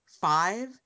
five